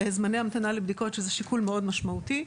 זמני המתנה לבדיקות שזה שיקול מאוד משמעותי,